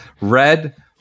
Red